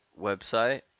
website